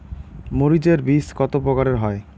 মরিচ এর বীজ কতো প্রকারের হয়?